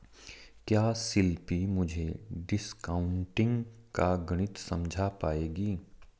क्या शिल्पी मुझे डिस्काउंटिंग का गणित समझा पाएगी?